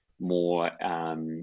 more